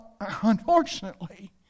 unfortunately